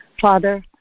father